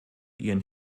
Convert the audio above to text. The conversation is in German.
ihren